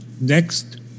next